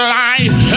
life